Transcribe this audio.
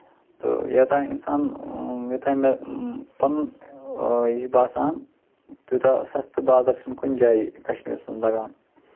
تہٕ یوٚتانۍ اِنسان یوٚتانۍ مےٚ پَنُن یہِ باسان تیٛوٗتاہ سَستہٕ بازر چھُنہٕ کُنہِ جایہِ کَشمیٖرَس منٛز لَگان